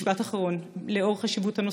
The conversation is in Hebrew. משפט אחרון, לאור חשיבות הנושא.